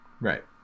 Right